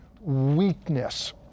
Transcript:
weakness